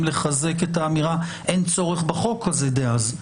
לחזק את האמירה אין צורך בחוק הזה דאז.